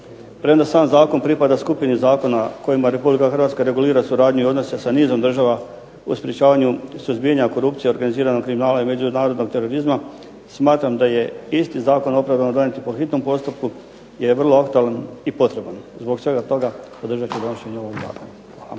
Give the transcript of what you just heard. Premda sam zakon pripada skupini zakona kojima Republika Hrvatska regulira suradnju i odnose sa nizom država u sprječavanju suzbijanja korupcije i organiziranog kriminala i međunarodnog terorizma smatram da je isti zakon opravdano donijeti po hitnom postupku jer je vrlo aktualan i potreban. Zbog svega toga podržat ću donošenje ovog zakona.